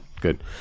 good